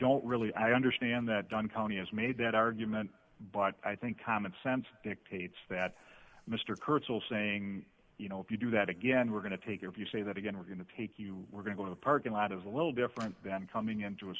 don't really i understand that dunn county has made that argument but i think common sense dictates that mr kurtz will saying you know if you do that again we're going to take if you say that again we're going to take you we're going to the parking lot is a little different than coming into a